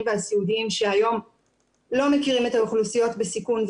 והסיעודיים שהיום לא מכירים את האוכלוסיות בסיכון,